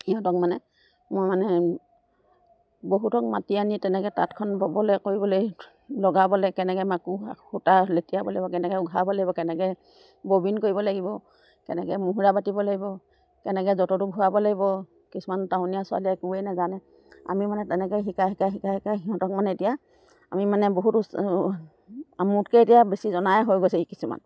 সিহঁতক মানে মই মানে বহুতক মাতি আনি তেনেকৈ তাঁতখন ববলৈ কৰিবলৈ লগাবলৈ কেনেকৈ মাকো সূতা লেটিয়াব লাগিব কেনেকৈ উঘাব লাগিব কেনেকৈ ববিন কৰিব লাগিব কেনেকৈ মুহুৰা বাতিব লাগিব কেনেকৈ যঁতৰটো ঘূৰাব লাগিব কিছুমান টাউনীয়া ছোৱালীয়ে একোৱে নাজানে আমি মানে তেনেকৈয়ে শিকাই শিকাই শিকাই শিকাই সিহঁতক মানে এতিয়া আমি মানে বহুত মোতকৈ এতিয়া বেছি জনাই হৈ গৈছে কিছুমান